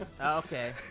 Okay